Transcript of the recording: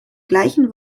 gleichen